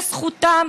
וזכותם,